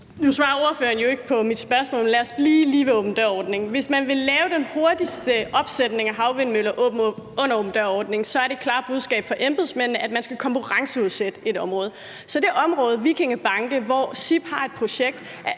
Nu svarede ordføreren jo ikke på mit spørgsmål, så lad os lige blive ved åben dør-ordningen. Hvis man vil lave den hurtigste opsætning af havvindmøller under åben dør-ordningen, er det klare budskab fra embedsmændene, at man skal konkurrenceudsætte et område. Så er ordføreren villig til at